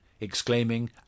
exclaiming